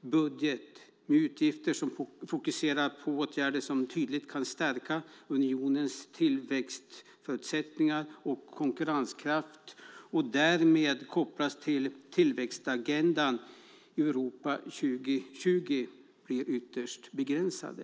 budget, med utgifter som fokuserar på åtgärder som tydligt kan stärka unionens tillväxtförutsättningar och konkurrenskraft och därmed kopplas till tillväxtagendan Europa 2020, blir ytterst begränsat.